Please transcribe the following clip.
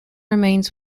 remains